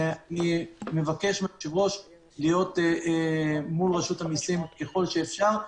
אני מבקש מהיושבת-ראש להיות מול רשות המסים כלל האפשר,